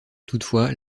toutefois